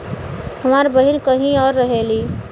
हमार बहिन कहीं और रहेली